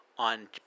on